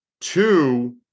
Two